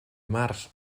març